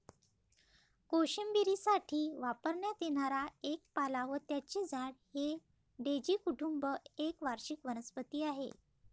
कोशिंबिरीसाठी वापरण्यात येणारा एक पाला व त्याचे झाड हे डेझी कुटुंब एक वार्षिक वनस्पती आहे